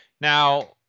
Now